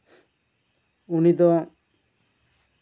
ᱩᱱᱤᱫᱚ